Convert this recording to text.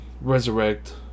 resurrect